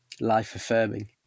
life-affirming